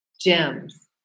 Gems